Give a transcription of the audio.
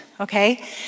okay